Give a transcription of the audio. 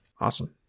Awesome